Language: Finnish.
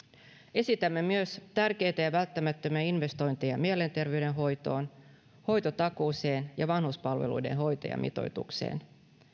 esitämme myös tärkeitä ja välttämättömiä investointeja mielenterveydenhoitoon hoitotakuuseen ja vanhuspalveluiden hoitajamitoitukseen